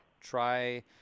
try